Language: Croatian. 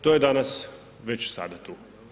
To je danas već sada tu.